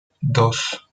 dos